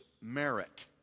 merit